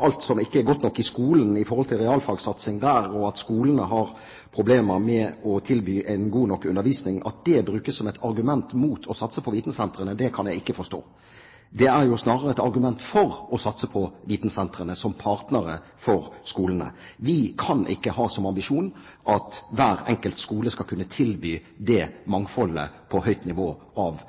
alt som ikke er godt nok i skolen når det gjelder realfagssatsing, at skolene har problemer med å tilby en god nok undervisning – og som bruker dette som et argument mot å satse på vitensentrene. Det er jo snarere et argument for å satse på vitensentrene som partnere for skolene. Vi kan ikke ha som ambisjon at hver enkelt skole skal kunne tilby det mangfoldet av